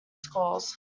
scores